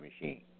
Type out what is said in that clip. machine